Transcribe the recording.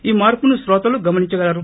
ఈ మార్పును క్రోతలు గమనించగలరు